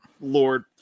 Lord